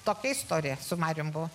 tokia istorija su marium buvo